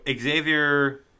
Xavier